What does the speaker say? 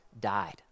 died